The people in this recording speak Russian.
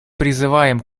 призываем